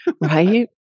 Right